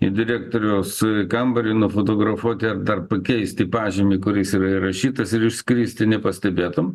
į direktoriaus kambarį nufotografuoti dar pakeisti pažymį kuris yra įrašytas ir išskristi nepastebėtam